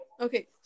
Okay